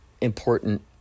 important